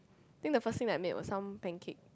think the first thing that I made was some pancake